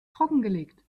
trockengelegt